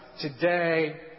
today